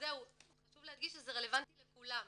חשוב להדגיש שזה רלבנטי לכולם.